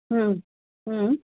हं हं